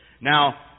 Now